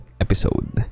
episode